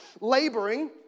laboring